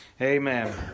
amen